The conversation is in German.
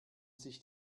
sich